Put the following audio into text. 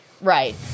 Right